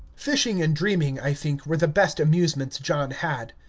fishing and dreaming, i think, were the best amusements john had.